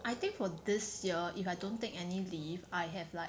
I think for this year if I don't take any leave I have like